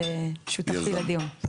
שותפי לדיון.